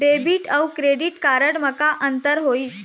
Debit अऊ credit card म का अंतर होइस?